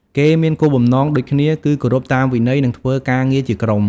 គេមានគោលបំណងដូចគ្នា គឺគោរពតាមវិន័យ និងធ្វើការងារជាក្រុម។